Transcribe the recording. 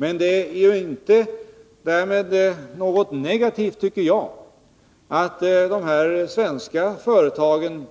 Men det är inte därmed något negativt, tycker jag, att de svenska företagen,